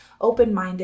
open-minded